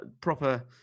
proper